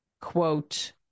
quote